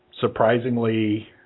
surprisingly